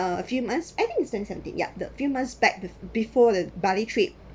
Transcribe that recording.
a few months I think it's twenty seventy ya the few months back be~ before the bali trip